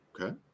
Okay